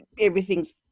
everything's